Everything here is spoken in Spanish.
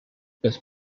los